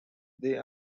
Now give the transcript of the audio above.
they